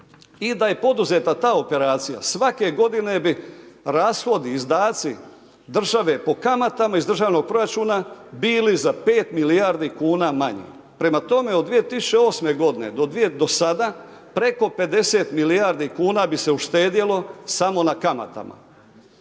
i da je poduzeta ta operacija, svake godine bi rashodi, izdaci države po kamatama iz državnog proračuna bili za 5 milijardi kuna manji. Prema tome, od 2008. godine do sada, preko 50 milijardi kuna bi se uštedjelo samo na kamatama.